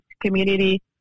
community